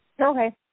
Okay